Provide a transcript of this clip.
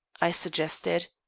i suggested.